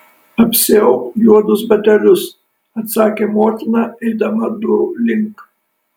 apsiauk juodus batelius atsakė motina eidama durų link